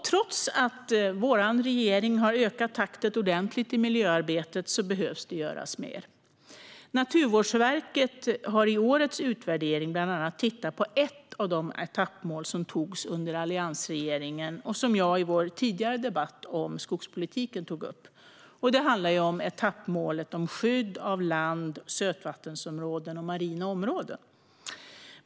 Trots att regeringen har ökat takten ordentligt i miljöarbetet behöver det göras mer. Naturvårdsverket har i årets utvärdering bland annat tittat på ett av de etappmål som antogs under alliansregeringen, vilket jag tog upp i den tidigare debatten om skogspolitiken. Det handlar om etappmålet Skydd av landområden, sötvattensområden och marina områden.